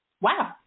Wow